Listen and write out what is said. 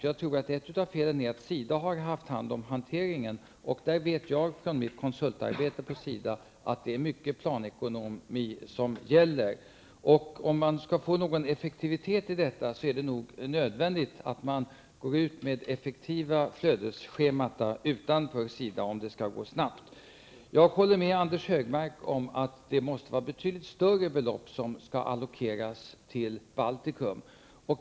Jag tror att ett av felen är att SIDA har haft hand om hanteringen. Från mitt konsultarbete på SIDA vet jag att det är mycket planekonomi som gäller där. Skall det bli någon effektivitet i det hela, är det nog nödvändigt att gå ut med effektiva flödesscheman utanför SIDA. Jag håller med Anders Högmark att betydligt större belopp måste allokeras till Baltikum.